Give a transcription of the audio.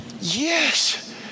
yes